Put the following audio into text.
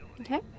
Okay